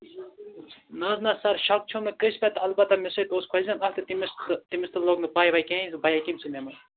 نہٕ حظ نہٕ سَر شَک چھُم نہٕ کٲنٛسہِ پٮ۪ٹھ البتا مےٚ سۭتۍ اوس کوزِن اکھ تہٕ تٔمِس تہِ لوٚگ نہٕ پےَ وَے کِہیٖنٛۍ بایِک کٔمۍ چھِ نِمٕژ